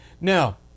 Now